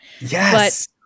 Yes